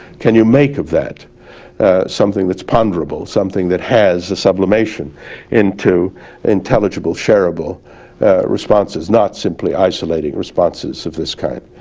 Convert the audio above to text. can you make of that something that's ponderable something that has a sublimation into intelligible shareable responses, not simply isolating responses of this kind,